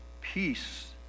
peace